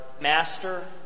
Master